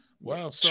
Wow